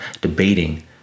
debating